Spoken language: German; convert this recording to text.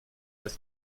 das